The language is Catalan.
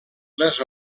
les